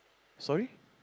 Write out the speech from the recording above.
sorry